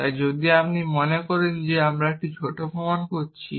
তাই যদি আপনি মনে করেন আমরা একটি ছোট প্রমাণ করেছি